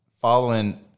following –